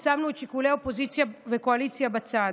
ושמנו שיקולי אופוזיציה קואליציה בצד.